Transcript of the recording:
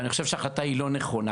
ואני חושב שההחלטה היא לא נכונה,